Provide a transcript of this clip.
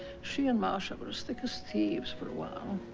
she and marcia were as thick as thieves for awhile.